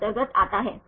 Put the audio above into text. तो NH यहाँ है